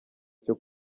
cyo